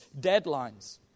Deadlines